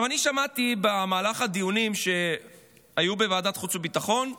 אני שמעתי במהלך הדיונים שהיו בוועדת חוץ וביטחון טיעונים,